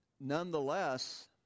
nonetheless